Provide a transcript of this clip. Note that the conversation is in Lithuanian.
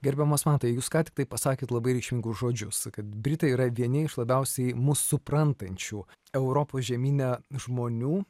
gerbiamas mantai jūs ką tik tai pasakėt labai reikšmingus žodžius kad britai yra vieni iš labiausiai mus suprantančių europos žemyne žmonių